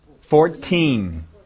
Fourteen